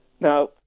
Now